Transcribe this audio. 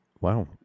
Wow